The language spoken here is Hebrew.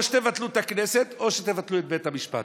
או שתבטלו את הכנסת או שתבטלו את בית המשפט.